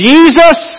Jesus